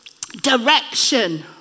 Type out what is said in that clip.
direction